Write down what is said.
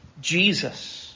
Jesus